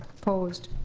opposed?